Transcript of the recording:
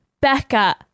Becca